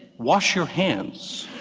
wash your hands.